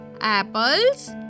Apples